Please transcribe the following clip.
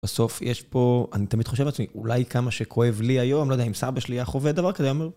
בסוף יש פה, אני תמיד חושב לעצמי, אולי כמה שכואב לי היום, לא יודע אם סבא שלי היה חווה דבר כזה, היה אומר,